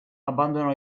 abbandonò